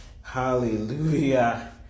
hallelujah